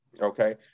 Okay